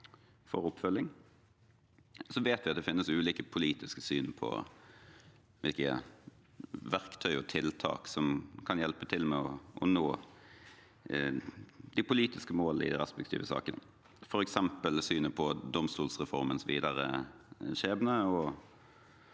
for oppfølging. Vi vet det finnes ulike politiske syn på hvilke verktøy og tiltak som kan hjelpe til med å nå de politiske målene i de respektive sakene, f.eks. synet på domstolreformens videre skjebne